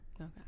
Okay